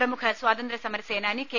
പ്രമുഖ സ്വാതന്ത്ര്യസമരസേനാനി കെ